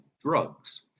drugs